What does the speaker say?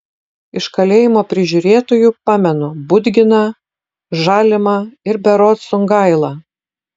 iš kalėjimo prižiūrėtojų pamenu budginą žalimą ir berods sungailą